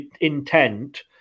intent